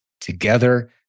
together